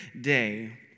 day